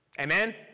Amen